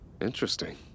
Interesting